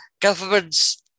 government's